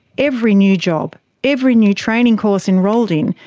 every new job, every new training course enrolled in,